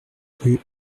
rue